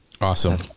Awesome